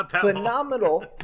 phenomenal